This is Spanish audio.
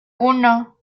uno